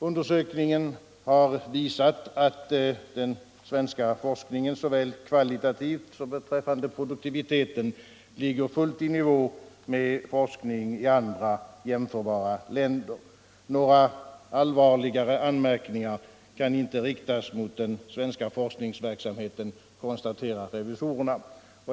Undersökningen har 5 december 1974 visat att den svenska forskningen såväl kvalitativt som beträffande produktiviteten ligger fullt i nivå med forskningen i andra jämförbara länder. — Den statliga Några allvarligare anmärkningar kan inte riktas mot den svenska forsk — forskningsverksamningsverksamheten, konstaterar revisorerna.